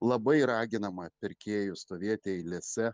labai raginame pirkėjus stovėti eilėse